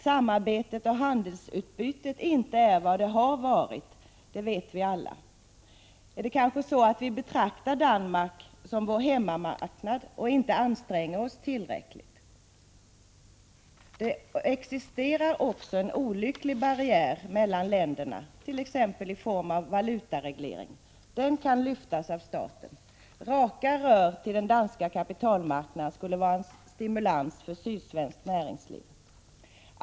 Samarbetet och handelsutbytet är inte vad det har varit, det vet vi alla. Är det kanske så att vi betraktar Danmark som vår hemmamarknad och inte anstränger oss tillräckligt? Det existerar också en olycklig barriär mellan länderna, t.ex. i form av valutareglering. Den kan lyftas bort av staten. Raka rör till den danska kapitalmarknaden skulle vara en stimulans för det sydsvenska näringslivet.